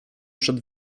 przed